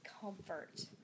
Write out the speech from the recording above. comfort